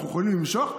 אנחנו יכולים למשוך,